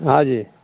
हँ जी